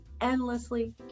endlessly